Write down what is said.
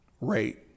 rate